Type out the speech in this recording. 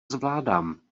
zvládám